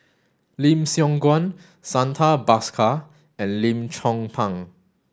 Lim Siong Guan Santha Bhaskar and Lim Chong Pang